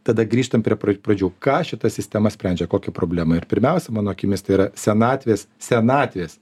tada grįžtam prie pra pradžių ką šita sistema sprendžia kokią problemą ir pirmiausia mano akimis tai yra senatvės senatvės